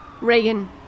Reagan